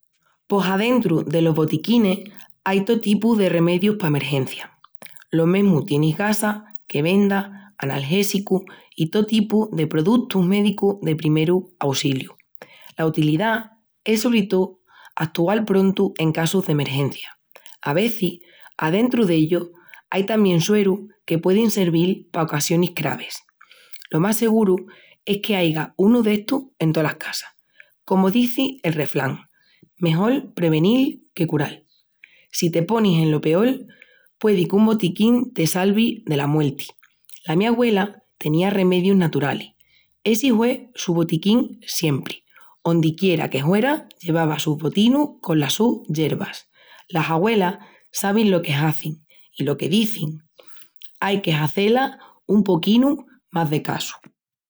Pos adentru delos botiquinis ai to tipu de remedius pa emergencias. Lo mesmu tienis gasas, que vendas, analgésicus i to tipu de produtus médicus de primerus aussilius. La utilidá es sobri to atual prontu en cassus d´emergencias. A vezis, adentru d´ellus ai tamién suerus que puedin servil pa ocasionis cravis. Lo más seguru es que aiga unu d'estus en toas las casas. Comu dizi el reflán: mejol prevenil que cural. Si te ponis eno peol, puedi que un botiquín te salvi dela muelti. La mi agüela tenía remedius naturalis, essi hue su botiquín siempri, ondi quiera que huera llevaba sus botinus conas sus yervas. Las agüelas sabin lo que hazin i lo que dizin, ai que hazé-las un poquinu más de casu.